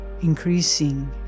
increasing